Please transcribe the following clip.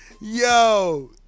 Yo